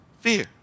fear